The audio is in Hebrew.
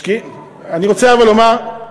אני רוצה, אבל, לומר, לא,